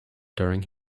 during